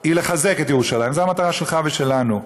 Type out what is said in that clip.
היא לחזק את ירושלים, זאת המטרה שלך ושלנו.